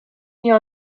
nie